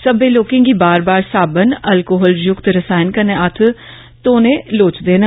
सब्बै लोकें गी बार बार साबून अलकोहल युक्त रसायन कन्नै हत्थ धोने लोढ़चदे न